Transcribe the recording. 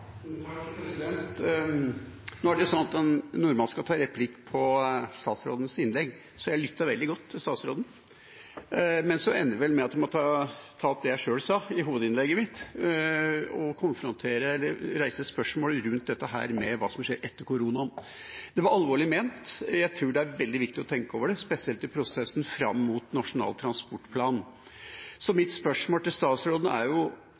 det sånn at en normalt skal ta replikk på statsrådens innlegg, så jeg lyttet veldig godt til statsråden. Men det ender vel med at jeg må ta opp det jeg sjøl sa i hovedinnlegget mitt, og konfrontere eller reise spørsmål rundt dette med hva som skjer etter koronaen. Det var alvorlig ment – jeg tror det er veldig viktig å tenke over det, spesielt i prosessen fram mot Nasjonal transportplan. Mitt spørsmål til statsråden er